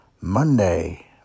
Monday